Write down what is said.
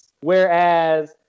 whereas